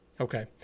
Okay